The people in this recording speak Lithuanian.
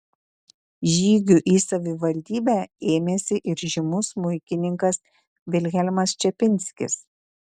žygių į savivaldybę ėmėsi ir žymus smuikininkas vilhelmas čepinskis